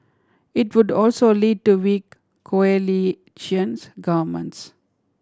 it would also lead to weak coalition's governments